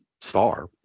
star